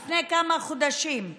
לפני כמה חודשים,